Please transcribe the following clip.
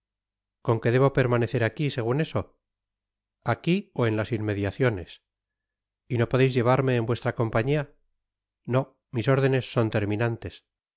con que debo permanecer aquf segun eso aqui ó en las inmediaciones y no podeis llevarme en vuestra compañia no mis órdenes son terminantes